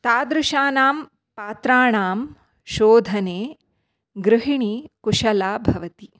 तादृशानां पात्राणां शोधने गृहिणी कुशला भवति